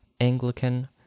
Anglican